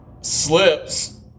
slips